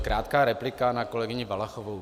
Krátká replika na kolegyni Valachovou.